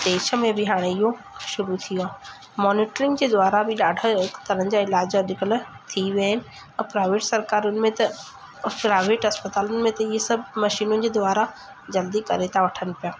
देश में बि हाणे इहो शुरू थी वियो आहे मौनिटरिंग जे द्वारा बि ॾाढा तरहनि जा इलाज अॼुकल्ह थी विया आहिनि प्राइवेट सरकारियुनि में त प्राइवेट अस्पतालियुनि में त इहे सभु मशीनियुनि जे द्वारा जल्दी करे था वठनि पिया